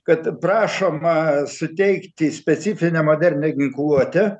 kad prašoma suteikti specifinę modernią ginkluotę